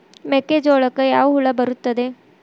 ಮೆಕ್ಕೆಜೋಳಕ್ಕೆ ಯಾವ ಹುಳ ಬರುತ್ತದೆ?